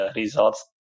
results